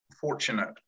fortunate